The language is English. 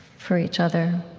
for each other,